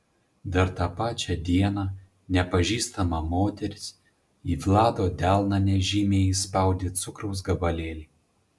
dar tą pačią dieną nepažįstama moteris į vlado delną nežymiai įspaudė cukraus gabalėlį